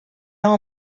all